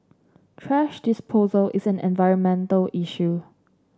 thrash disposal is an environmental issue